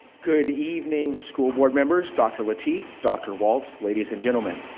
good evening, school board members. dr. lateef, dr. walts, ladies and gentlemen.